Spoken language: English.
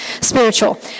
spiritual